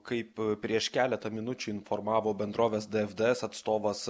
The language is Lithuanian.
kaip prieš keletą minučių informavo bendrovės dfds atstovas